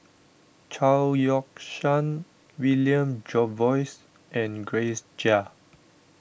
Chao Yoke San William Jervois and Grace Chia